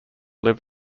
live